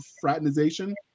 fraternization